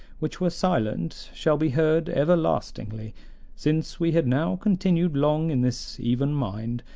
which were silent, shall be heard everlastingly since we had now continued long in this even mind,